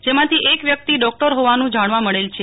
જેમાંથી એક વ્યકિત ડોકટર હોવાન જાણવા મળ છે